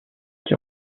qui